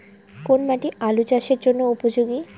কোন মাটি আলু চাষের জন্যে উপযোগী?